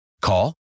Call